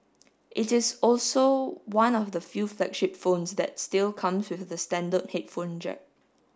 it is also one of the few flagship phones that still comes with the standard headphone jack